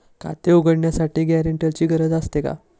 खाते उघडण्यासाठी गॅरेंटरची गरज असते का?